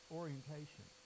orientation